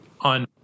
on